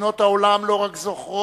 מדינות העולם לא רק זוכרות,